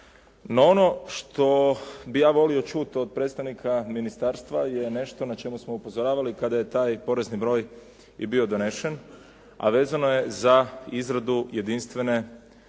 No, ono što bih ja volio čuti od predstavnika ministarstva je nešto na čemu smo upozoravali kada je taj porezni broj i bio donesen, a vezano je za izradu jedinstvene